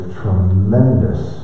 tremendous